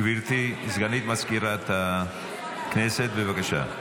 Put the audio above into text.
גבירתי, סגנית מזכיר הכנסת, בבקשה.